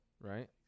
right